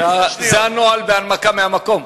זה הנוהל בהנמקה מהמקום.